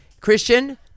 Christian